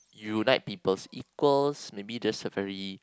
you like people's equals maybe just a very